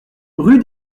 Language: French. rue